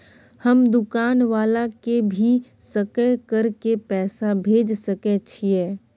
हम दुकान वाला के भी सकय कर के पैसा भेज सके छीयै?